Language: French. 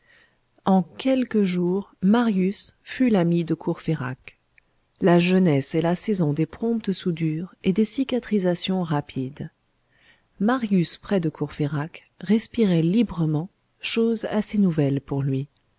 en quelques jours marius fut l'ami de courfeyrac la jeunesse est la saison des promptes soudures et des cicatrisations rapides marius près de courfeyrac respirait librement chose assez nouvelle pour lui